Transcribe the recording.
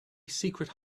secret